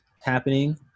happening